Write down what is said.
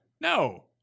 No